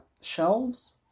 shelves